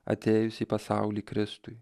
atėjus į pasaulį kristui